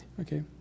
Okay